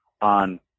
on